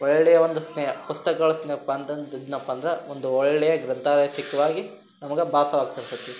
ಒಳ್ಳೆಯ ಒಂದು ಸ್ನೇಹ ಪುಸ್ತಕಗಳು ಸ್ನೇಹಪಂತದ ಇದ್ದೆನಪ್ಪ ಅಂದ್ರೆ ಒಂದು ಒಳ್ಳೆಯ ಗ್ರಂಥಾಲಯ ಸಿಕ್ಕುವಾಗಿ ನಮ್ಗೆ ಭಾಸವಾಗ್ತಿರ್ತದೆ